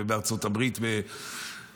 בארצות הברית ב-1947.